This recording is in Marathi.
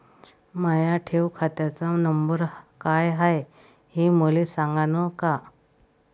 माया ठेव खात्याचा नंबर काय हाय हे मले सांगान का?